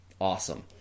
Awesome